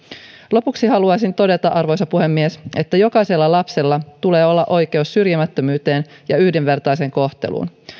lopuksi haluaisin todeta arvoisa puhemies että jokaisella lapsella tulee olla oikeus syrjimättömyyteen ja yhdenvertaiseen kohteluun